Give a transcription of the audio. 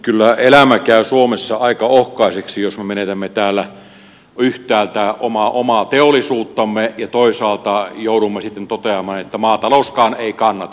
kyllä elämä käy suomessa aika ohkaiseksi jos me menetämme täällä yhtäältä omaa teollisuuttamme ja toisaalta joudumme sitten toteamaan että maatalouskaan ei kannata